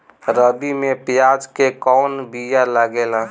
रबी में प्याज के कौन बीया लागेला?